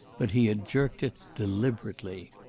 but he had jerked it deliberately.